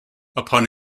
upon